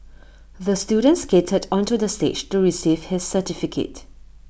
the student skated onto the stage to receive his certificate